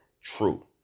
true